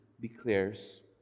declares